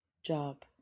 job